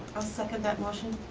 i'll second that motion.